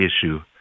issue